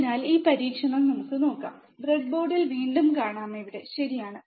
അതിനാൽ ഈ പരീക്ഷണം നമുക്ക് നോക്കാം ബ്രെഡ്ബോർഡിൽ വീണ്ടും കാണാം ഇവിടെ ശരിയാണ്